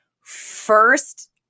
first